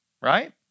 right